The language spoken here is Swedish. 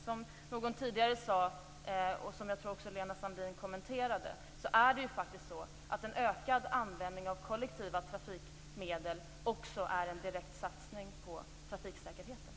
Det är faktiskt så, som någon tidigare sade och som Lena Sandlin kommenterade, att en ökad användning av kollektiva trafikmedel också är en direkt satsning på trafiksäkerheten.